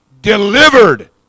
delivered